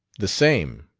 the same,